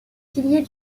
piliers